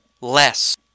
less